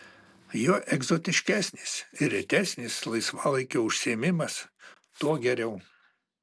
juo egzotiškesnis ir retesnis laisvalaikio užsiėmimas tuo geriau